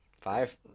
Five